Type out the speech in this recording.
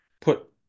put